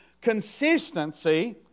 consistency